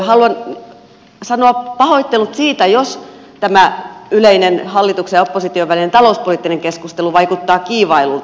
haluan sanoa pahoittelut siitä jos tämä yleinen hallituksen ja opposition välinen talouspoliittinen keskustelu vaikuttaa kiivailulta